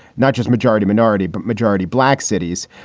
not just majority minority, but majority black cities.